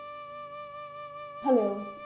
Hello